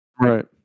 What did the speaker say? Right